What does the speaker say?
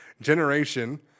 generation